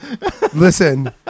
listen